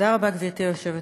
תודה רבה, גברתי היושבת-ראש,